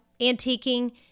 antiquing